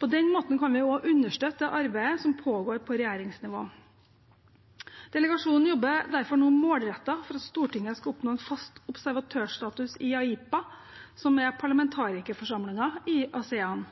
På den måten kan vi også understøtte det arbeidet som pågår på regjeringsnivå. Delegasjonen jobber derfor nå målrettet for at Stortinget skal oppnå en fast observatørstatus i AIPA, som er parlamentarikerforsamlingen i ASEAN.